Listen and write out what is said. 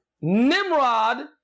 Nimrod